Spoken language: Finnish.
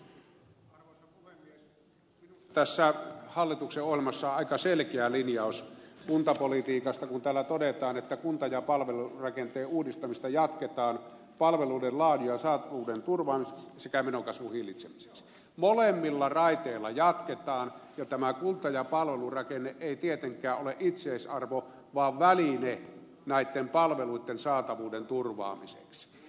minusta tässä hallituksen ohjelmassa on aika selkeä linjaus kuntapolitiikasta kun täällä todetaan että kunta ja palvelurakenteen uudistamista jatketaan palveluiden laadun ja saatavuuden turvaamiseksi sekä menokasvun hillitsemiseksi molemmilla raiteilla jatketaan ja tämä kunta ja palvelurakenne ei tietenkään ole itseisarvo vaan väline näitten palveluitten saatavuuden turvaamiseksi